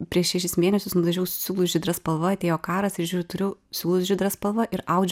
prieš šešis mėnesius nudažiau siūlų žydra spalva atėjo karas ir žiūriu turiu su žydra spalva ir audžiu